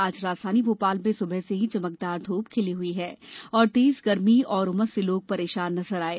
आज राजधानी भोपाल में सुबह से ही चमकदार धूप खिली हुई है और तेज गर्मी और उमस से लोग परेशान नजर आये